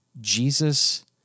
Jesus